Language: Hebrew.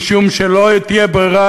משום שלא תהיה ברירה,